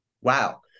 Wow